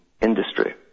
industry